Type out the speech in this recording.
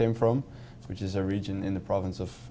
came from which is a region in the province of